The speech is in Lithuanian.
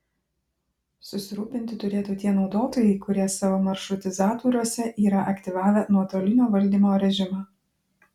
susirūpinti turėtų tie naudotojai kurie savo maršrutizatoriuose yra aktyvavę nuotolinio valdymo režimą